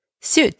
suit